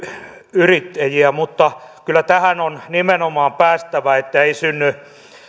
yrittäjiä mutta kyllä siihen on nimenomaan päästävä että ei synny